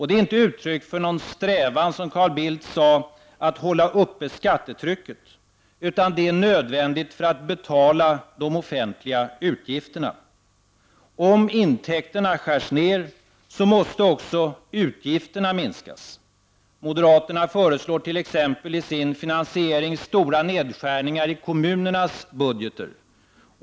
Det är inte ett uttryck för en strävan, som Carl Bildt sade, att hålla skattetrycket uppe, utan det är nödvändigt för att kunna betala de offentliga utgifterna. Om intäkterna skärs ned måste också utgifterna minskas. Moderaterna föreslår t.ex. i sin finansiering stora nedskärningar i kommunernas budgetar.